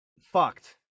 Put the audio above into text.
fucked